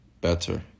Better